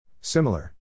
Similar